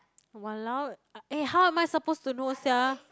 !walao! ah eh how am I suppose to know sia